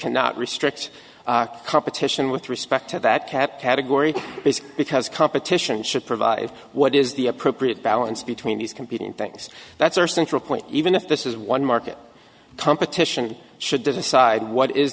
cannot restrict competition with respect to that cap category because competition should provide what is the appropriate balance between these competing things that's our central point even if this is one market competition should decide what is